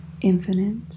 infinite